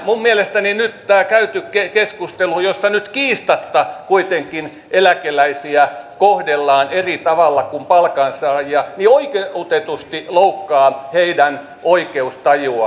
minun mielestäni nyt tämä käyty keskustelu jossa nyt kiistatta kuitenkin eläkeläisiä kohdellaan eri tavalla kuin palkansaajia oikeutetusti loukkaa heidän oikeustajuaan